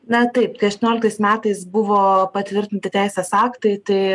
na taip tai aštuonioliktais metais buvo patvirtinti teisės aktai tai